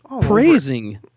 Praising